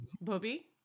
Bobby